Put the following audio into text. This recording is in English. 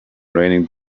raining